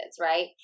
right